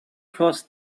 crossed